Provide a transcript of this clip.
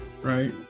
right